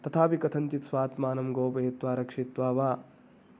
तथापि कथञ्चित् स्वात्मानं गोपयित्वा रक्षयित्वा वा